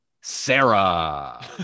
Sarah